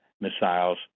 missiles